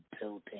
building